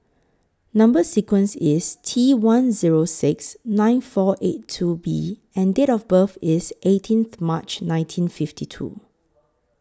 Number sequence IS T one Zero six nine four eight two B and Date of birth IS eighteenth March nineteen fifty two